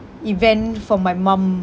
event for my mum